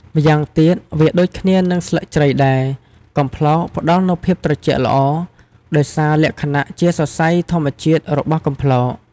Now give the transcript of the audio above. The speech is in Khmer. ម្យ៉ាងទៀតវាដូចគ្នានឹងស្លឹកជ្រៃដែរ កំប្លោកផ្ដល់នូវភាពត្រជាក់ល្អ ដោយសារលក្ខណៈជាសរសៃធម្មជាតិរបស់កំប្លោក។